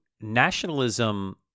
nationalism